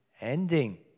ending